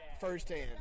firsthand